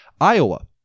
Iowa